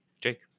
Jake